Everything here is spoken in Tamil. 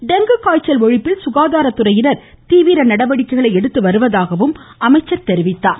டெங்கு காய்ச்சல் ஒழிப்பில் சுகாதாரத்துறையினர் தீவிர நடவடிக்கைகள் எடுத்துவருவதாகவும் அமைச்சர் தெரிவித்தார்